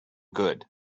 good